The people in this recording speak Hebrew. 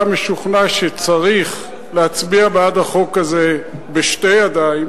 משוכנע שצריך להצביע בעד החוק הזה בשתי ידיים,